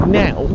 now